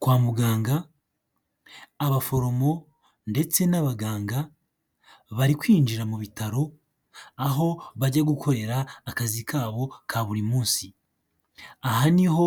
Kwa muganga, abaforomo ndetse n'abaganga bari kwinjira mu bitaro, aho bajya gukorera akazi kabo ka buri munsi. Aha ni ho